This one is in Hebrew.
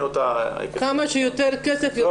כמה שיותר כסף יותר טוב.